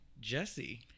Jesse